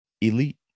Elite